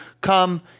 come